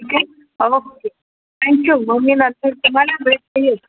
okay thank you तुम्हाला